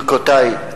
ברכותי.